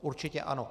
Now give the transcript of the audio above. Určitě ano.